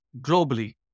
globally